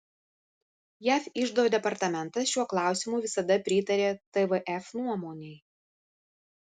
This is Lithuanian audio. jav iždo departamentas šiuo klausimu visada pritarė tvf nuomonei